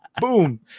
boom